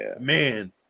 man